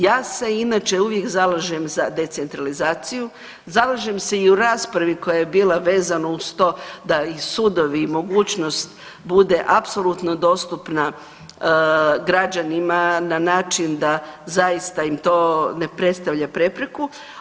Ja se inače uvijek zalažem za decentralizaciju, zalažem se i u raspravi koja je bila vezano uz to da i sudovi i mogućnost bude apsolutno dostupna građanima na način da zaista im to ne predstavlja prepreku.